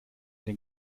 den